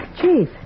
Chief